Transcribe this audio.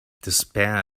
despair